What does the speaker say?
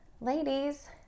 Ladies